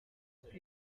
que